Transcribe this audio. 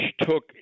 took